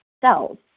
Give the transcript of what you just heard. cells